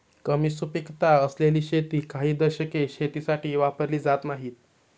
कमी सुपीकता असलेली शेती काही दशके शेतीसाठी वापरली जात नाहीत